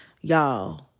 Y'all